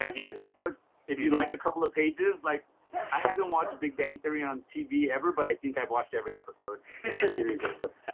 like yeah. but if you like a couple of pages like i haven't watched big bang theory on tv ever, but i think i've watched every episode and but but